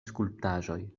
skulptaĵoj